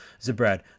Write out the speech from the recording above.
Zabrad